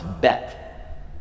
bet